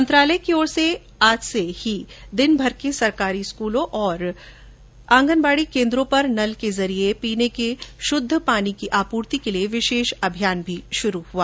मंत्रालय की ओर से आज से ही देशभर के सरकारी स्कूलों और आंगनबाड़ी केन्द्रों पर नल के जरिये पीने के शुद्ध पानी की आपूर्ति के लिये विशेष अभियान भी शुरू हुआ